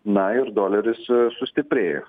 na ir doleris sustiprėjo